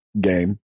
game